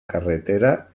carretera